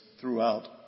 throughout